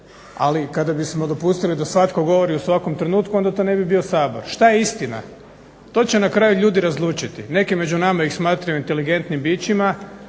ali kada bismo dopustili da svatko govori u svakom trenutku onda to ne bi bio Sabor. Što je istina to će na kraju ljudi razlučiti. Neki među nama ih smatraju inteligentnim bićima,